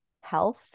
health